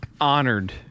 honored